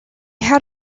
had